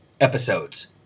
episodes